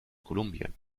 kolumbien